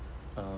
um